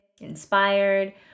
inspired